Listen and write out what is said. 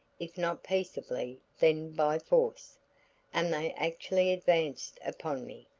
if not peaceably then by force and they actually advanced upon me,